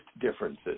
differences